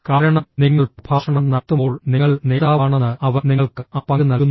കാരണം നിങ്ങൾ പ്രഭാഷണം നടത്തുമ്പോൾ നിങ്ങൾ നേതാവാണെന്ന് അവർ നിങ്ങൾക്ക് ആ പങ്ക് നൽകുന്നു